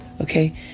Okay